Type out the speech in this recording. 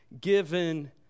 given